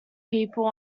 people